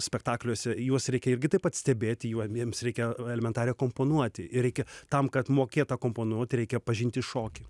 spektakliuose juos reikia irgi taip pat stebėti juo jiems reikia elementariai akompanuoti ir reikia tam kad mokėt akompanuoti reikia pažinti šokį